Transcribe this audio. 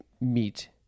meet